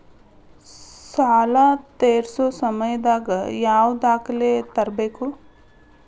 ಸಾಲಾ ತೇರ್ಸೋ ಸಮಯದಾಗ ಯಾವ ದಾಖಲೆ ತರ್ಬೇಕು?